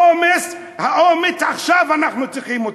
האומץ, עכשיו אנחנו צריכים אותו.